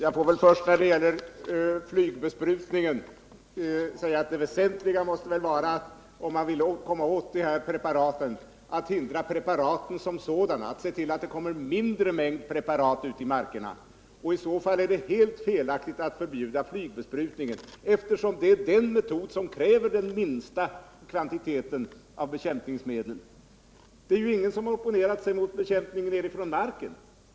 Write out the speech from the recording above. Herr talman! När det gäller flygbesprutning måste väl det väsentliga vara, om vi vill komma åt de här preparaten, att hindra preparaten som sådana och se till att det kommer mindre mängd preparat ut i marknaden. Det är då helt felaktigt att förbjuda flygbesprutningen, eftersom det är den metod som kräver den minsta kvantiteten av bekämpningsmedlen. Det är ju ingen som opponerat sig mot den besprutning som sker från marken.